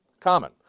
Common